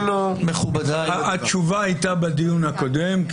התשובה הייתה בדיון הקודם.